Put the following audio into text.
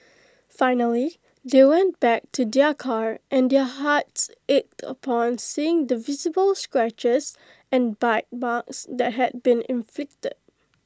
finally they went back to their car and their hearts ached upon seeing the visible scratches and bite marks that had been inflicted